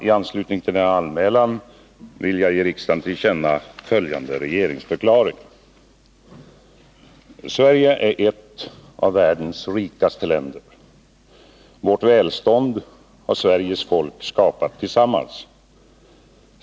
I anslutning till denna anmälan vill jag ge riksdagen till känna följande regeringsförklaring. Sverige är ett av världens rikaste länder. Vårt välstånd har Sveriges folk skapat tillsammans.